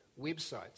websites